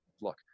look